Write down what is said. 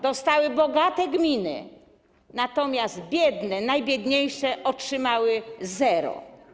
Dostały bogate gminy, natomiast biedne, najbiedniejsze otrzymały zero.